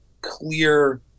clear